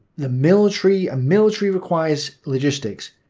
the military ah military requires logistics,